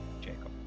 Jacob